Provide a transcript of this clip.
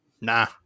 Nah